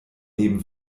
neben